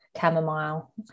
chamomile